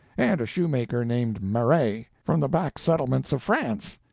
and a shoemaker named marais, from the back settlements of france.